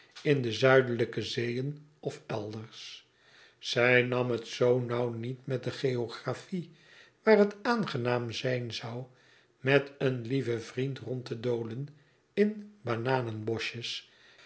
in de zuidelijke zeeën of elders zij nam het zoo nauw niet met de geographie waar het aangenaam zijn zou met een lieven vriend rond te dolen in